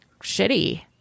shitty